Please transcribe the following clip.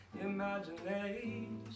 Imagination